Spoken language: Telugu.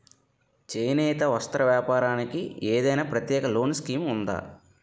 చేనేత వస్త్ర వ్యాపారానికి ఏదైనా ప్రత్యేక లోన్ స్కీం ఉందా?